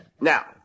Now